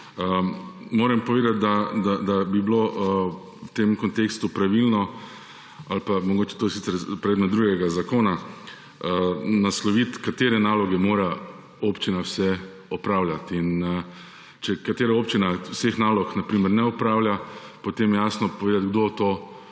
Moram povedati, da bi bilo v tem kontekstu pravilno ali pa mogoče – to je sicer predmet drugega zakona – nasloviti, katere naloge mora občina vse opravljati. In če katera občina vseh nalog, na primer ne opravlja, potem je treba jasno povedati, kdo to